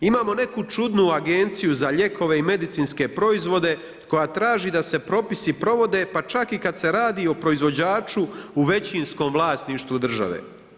Imamo neku čudnu agenciju za lijekove i medicinske proizvode, koja traži, da se propisi provode, pa čak i kada se radi o proizvođaču u većinskom vlasništvu države.